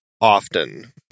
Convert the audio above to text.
often